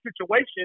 situation